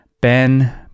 Ben